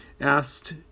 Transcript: asked